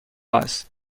است